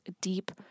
deep